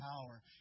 power